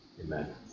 Amen